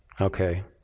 okay